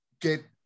Get